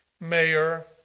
mayor